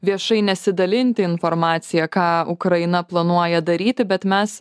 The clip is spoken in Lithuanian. viešai nesidalinti informacija ką ukraina planuoja daryti bet mes